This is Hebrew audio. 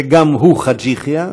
שגם הוא חאג' יחיא,